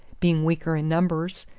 being weaker in numbers,